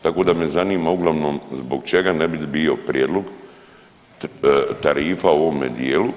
Tako da me zanima uglavnom zbog čega ne bi bio prijedlog tarifa u ovome dijelu.